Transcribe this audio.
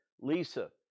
Lisa